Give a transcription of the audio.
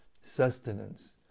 sustenance